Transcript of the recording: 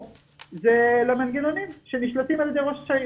זה למנגנונים שנשלטים על ידי ראש העיר.